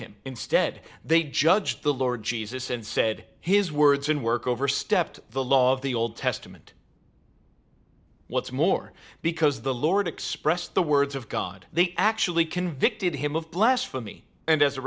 him instead they judged the lord jesus and said his words and work overstepped the law of the old testament what's more because the lord expressed the words of god they actually convicted him of blasphemy and as a